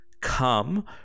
come